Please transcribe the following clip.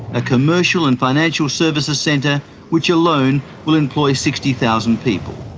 a commercial and financial services centre which alone will employ sixty thousand people.